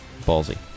Ballsy